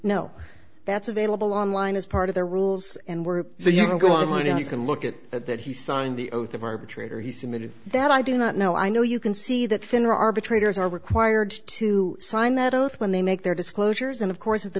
no that's available online as part of the rules and we're so you can go online you can look at it that he signed the oath of arbitrator he submitted that i do not know i know you can see that finra arbitrators are required to sign that oath when they make their disclosures and of course at the